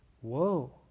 whoa